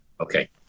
Okay